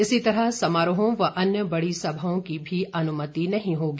इसी तरह समारोहों और अन्य बड़ी सभाओं की भी अनुमति नहीं होगी